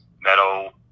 metal